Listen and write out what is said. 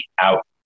out